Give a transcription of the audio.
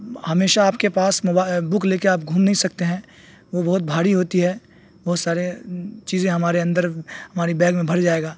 ہمیشہ آپ کے پاس بک لے کے آپ گھوم نہیں سکتے ہیں وہ بہت بھاری ہوتی ہے بہت سارے چیزیں ہمارے اندر ہماری بیگ میں بھر جائے گا